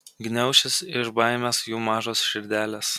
gniaušis iš baimės jų mažos širdelės